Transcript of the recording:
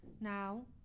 Now